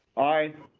i